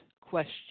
question